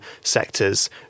sectors